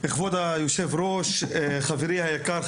כבוד היושב ראש; חברי היקר,